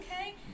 okay